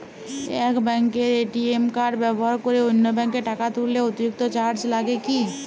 এক ব্যাঙ্কের ATM card ব্যবহার করে অন্য ব্যঙ্কে টাকা তুললে অতিরিক্ত চার্জ লাগে কি?